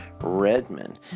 Redman